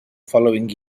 following